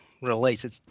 Related